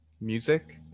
music